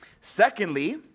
Secondly